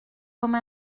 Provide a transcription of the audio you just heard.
comme